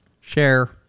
Share